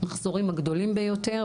המחסורים הגדולים ביותר,